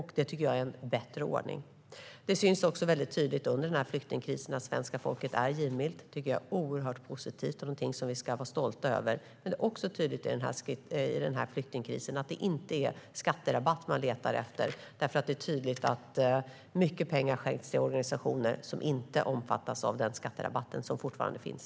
Det tycker jag är en bättre ordning. Det syns också väldigt tydligt nu under flyktingkrisen att svenska folket är givmilt. Det tycker jag är oerhört positivt och något som vi ska vara stolta över. Men det är också tydligt i flyktingkrisen att det inte är skatterabatt man letar efter. Mycket pengar har skänkts till organisationer som inte omfattas av den skatterabatt som fortfarande finns.